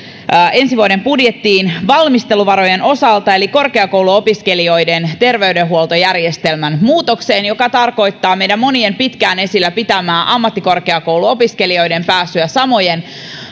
ensi vuoden budjettiin valmisteluvarojen osalta eli korkeakouluopiskelijoiden terveydenhuoltojärjestelmän muutokseen joka tarkoittaa meidän monien pitkään esillä pitämää ammattikorkeakouluopiskelijoiden pääsyä samojen